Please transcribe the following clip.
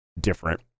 different